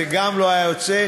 זה גם לא היה יוצא.